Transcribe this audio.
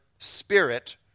Spirit